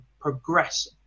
progress